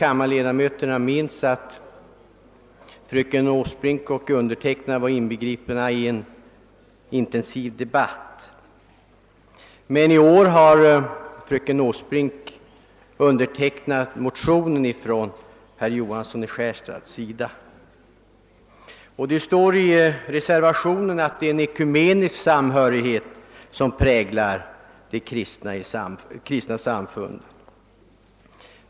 Kammarens ledamöter kanske minns att fröken Åsbrink och jag i fjol hade en intensiv debatt i denna fråga. I år har fröken Åsbrink undertecknat herr Johanssons i Skärstad motion. I reservationen står det att en ekumenisk samhörighet präglar de kristna samfunden.